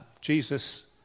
Jesus